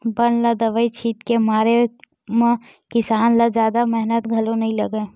बन ल दवई छित के मारे म किसान ल जादा मेहनत घलो नइ लागय